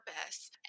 purpose